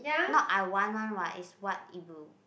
not I want one what is what it will